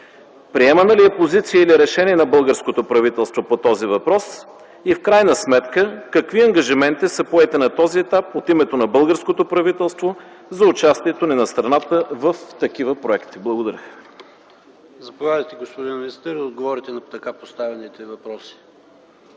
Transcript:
Приемана ли е позиция или решение на българското правителство по този въпрос? В крайна сметка, какви ангажименти са поети на този етап от името на българското правителство за участието на страната ни в такива проекти? Благодаря. ПРЕДСЕДАТЕЛ ПАВЕЛ ШОПОВ: Заповядайте, господин министър, да отговорите на така поставените въпроси.